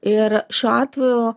ir šiuo atveju